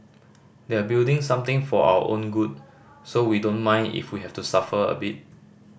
they're building something for our own good so we don't mind if we have to suffer a bit